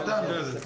מסכם.